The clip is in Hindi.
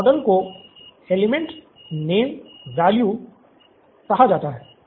इस मॉडल को एलिमंटनेम वैल्यू ENV कहा जाता है